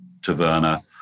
taverna